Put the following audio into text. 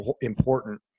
important